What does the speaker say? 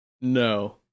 No